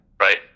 Right